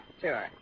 Sure